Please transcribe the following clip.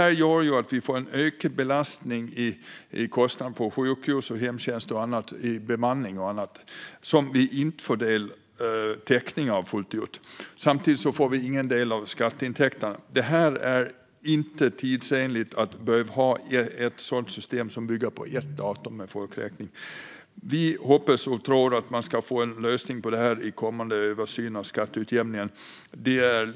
Det gör att vi får en ökad belastning på sjukhus och hemtjänst med ökade kostnader för bemanning och annat som vi inte får täckning för fullt ut. Samtidigt får vi ingen del av skatteintäkterna. Det är inte tidsenligt att behöva ha ett system som bygger på folkräkningen på ett datum. Vi hoppas och tror att man ska hitta en lösning på detta i kommande översyner av skattejämningssystemet.